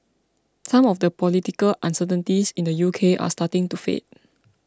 some of the political uncertainties in the U K are starting to fade